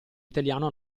italiano